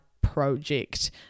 project